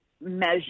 measure